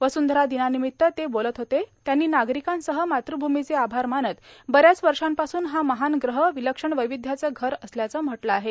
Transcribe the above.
वसुंधरा र्दर्नार्नामत्त ते बोलत त्यांनी नार्गारकांसह मातृभूमीचे आभार मान बऱ्याच वषापासून हा महान ग्रह र्विलक्षण वैर्विध्याचं घर असल्याचं म्हटलं आहे